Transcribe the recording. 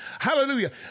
Hallelujah